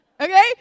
Okay